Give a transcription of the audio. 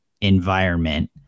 environment